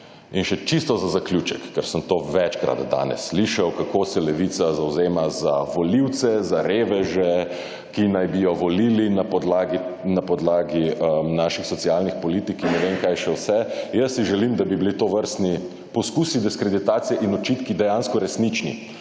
In še čisto za zaključek, ker sem to večkrat danes slišal kako se Levica zavzema za volivce, za reveže, ki naj bi jo volili na podlagi naših socialnih politik in ne vem kaj še vse. Jaz si želim, da bi bili tovrstni poskusi diskreditacije in očitki dejansko resnični,